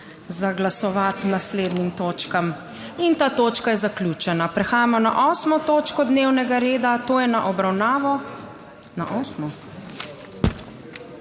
za glasovati k naslednjim točkam. In ta točka je zaključena. Prehajamo na 8. točko dnevnega reda, to je na obravnavo ... Na osmo?